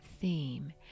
theme